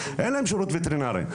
אין להם שירות וטרינרי.